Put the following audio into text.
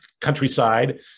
countryside